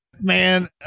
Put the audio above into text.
Man